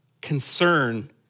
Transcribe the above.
concern